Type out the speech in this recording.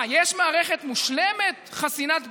מה, יש מערכת מושלמת, חסינת ביקורת?